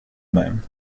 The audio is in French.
même